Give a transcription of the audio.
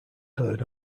heard